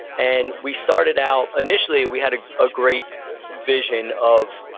and we started out, initially we had a ah great vision of,